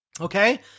okay